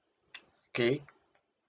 okay